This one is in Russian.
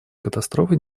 катастрофы